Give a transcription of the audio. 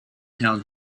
tell